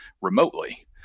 remotely